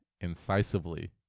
incisively